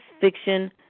Fiction